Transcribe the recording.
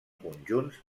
conjunts